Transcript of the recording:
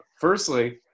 firstly